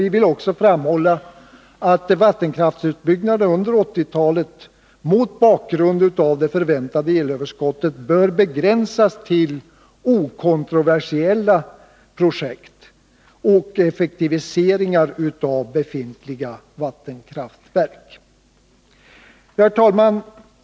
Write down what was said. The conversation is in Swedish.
Vi vill också framhålla att vattenkraftsutbyggnaden under 1980-talet, mot bakgrund av det förväntade elöverskottet, bör begränsas till okontroversiella projekt samt effektiviseringar av befintliga vattenkraftverk. Herr talman!